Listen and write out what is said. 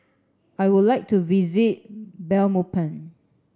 I would like to visit Belmopan